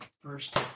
first